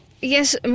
Yes